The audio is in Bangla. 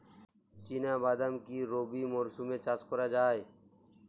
চিনা বাদাম কি রবি মরশুমে চাষ করা যায়?